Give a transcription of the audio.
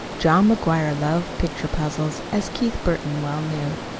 john mcguire loved picture puzzles, as keith burton well knew.